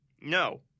No